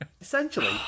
Essentially